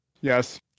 Yes